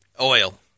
Oil